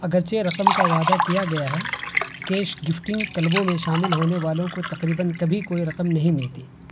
اگرچہ رقم کا وعدہ کیا گیا ہے کیش گفٹنگ کلبوں میں شامل ہونے والوں کو تقریباً کبھی کوئی رقم نہیں ملتی